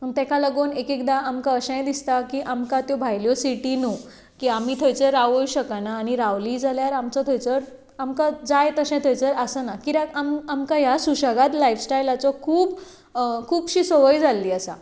ताका लागून आमकां एक एकदां अशेंय दिसता की आमकां त्यो भायल्यो सिटी न्हय की आमी तंयसर रावूंक शकना आनी रावलींय जाल्यार आमचो थंयसर आमकां जाय तशें थंयसर आसना कित्याक आमकां ह्या सुशेगाद लायफस्टायलाचो खूब खुबशी संवय जाल्ली आसा